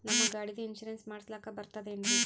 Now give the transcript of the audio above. ನಮ್ಮ ಗಾಡಿದು ಇನ್ಸೂರೆನ್ಸ್ ಮಾಡಸ್ಲಾಕ ಬರ್ತದೇನ್ರಿ?